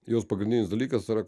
jos pagrindinis dalykas yra